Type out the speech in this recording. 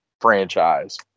franchise